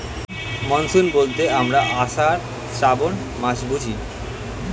monsoon বলতে আমরা আষাঢ়, শ্রাবন মাস বুঝি